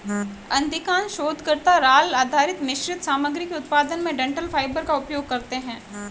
अधिकांश शोधकर्ता राल आधारित मिश्रित सामग्री के उत्पादन में डंठल फाइबर का उपयोग करते है